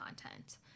content